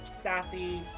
sassy